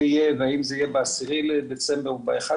יהיה והאם זה יהיה ב-10 בדצמבר או ב-11.